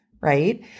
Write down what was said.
right